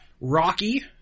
Rocky